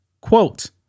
Quote